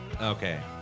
Okay